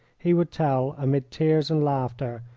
he would tell, amid tears and laughter,